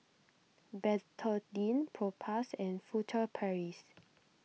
Betadine Propass and Furtere Paris